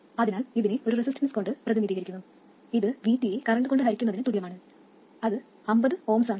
അതിനാൽ ഇതിനെ ഒരു റെസിസ്റ്റൻസ് കൊണ്ട് പ്രതിനിധീകരിക്കുന്നു ഇത് Vt യെ കറൻറ് കൊണ്ട് ഹരിക്കുന്നതിന് തുല്യമാണ് അത് 50 Ω ആണ്